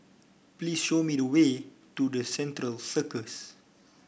please show me the way to the Central Circus